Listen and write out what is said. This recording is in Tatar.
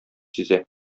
сизә